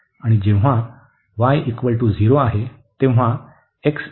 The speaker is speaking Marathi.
आणि जेव्हा y 0 आहे तेव्हा x 3a आहे